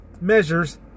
measures